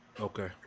Okay